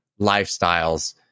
lifestyles